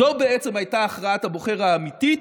זו בעצם הייתה הכרעת הבוחר האמיתית,